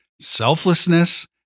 selflessness